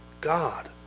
God